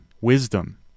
wisdom